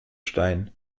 stein